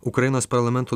ukrainos parlamento